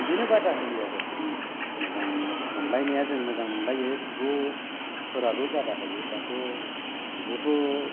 बिदिनो बादा होयो आरो बुङो मोजां मोनलायनाया जों मोजां मोनलायो बिब'फोराबो बादा होयो दाथ' बिब'थ'